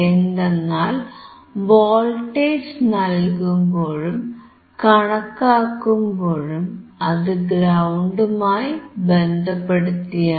എന്തെന്നാൽ വോൾട്ടേജ് നൽകുമ്പോഴും കണക്കാക്കുമ്പോഴും അത് ഗ്രൌണ്ടുമായി ബന്ധപ്പെടുത്തിയാണ്